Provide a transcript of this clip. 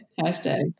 Hashtag